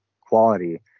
quality